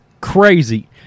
crazy